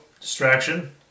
Distraction